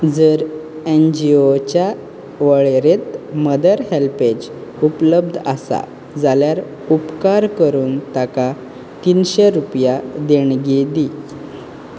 जर N G ओंच्या वळेरेंत मदर हेल्पेज उपलब्ध आसा जाल्यार उपकार करून ताका तिनशे रुपया देणगी दी